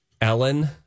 Ellen